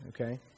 okay